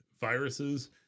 Viruses